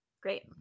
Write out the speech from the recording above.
great